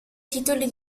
titoli